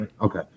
Okay